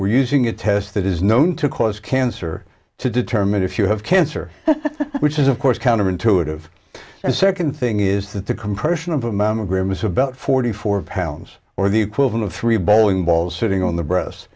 we're using a test that is known to cause cancer to determine if you have cancer which is of course counterintuitive and second thing is that the compression of a mammogram is about forty four pounds or the equivalent of three bowling balls sitting on the breast